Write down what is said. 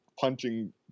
punching